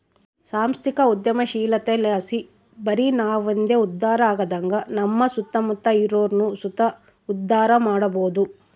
ಸಾಂಸ್ಥಿಕ ಉದ್ಯಮಶೀಲತೆಲಾಸಿ ಬರಿ ನಾವಂದೆ ಉದ್ಧಾರ ಆಗದಂಗ ನಮ್ಮ ಸುತ್ತಮುತ್ತ ಇರೋರ್ನು ಸುತ ಉದ್ಧಾರ ಮಾಡಬೋದು